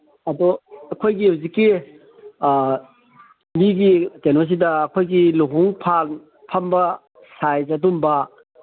ꯑꯗꯣ ꯑꯩꯈꯣꯏꯒꯤ ꯍꯧꯖꯤꯛꯀꯤ ꯂꯤꯒꯤ ꯀꯩꯅꯣꯁꯤꯗ ꯑꯩꯈꯣꯏꯒꯤ ꯂꯨꯍꯣꯡꯐꯥꯟ ꯐꯝꯕ ꯁꯥꯏꯖ ꯑꯗꯨꯝꯕ